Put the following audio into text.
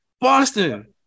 Boston